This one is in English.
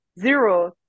zero